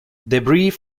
debris